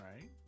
right